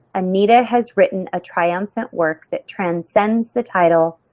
anita has written a triumphant work that transcends the title,